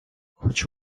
хоч